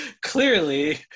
clearly